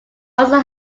also